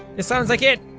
it sounds like it.